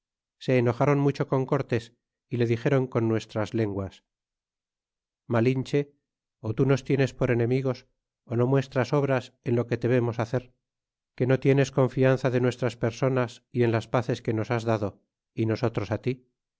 se enojáron mucho con cortés y le dixéron con nuestras lenguas malinche ó tú nos tienes por enemigos ó no muestras obras en lo que te vemos hacer que no tienes confianza de nuestras personas y en las pazes que nos has dado y nosotros á